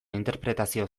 interpretazio